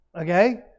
Okay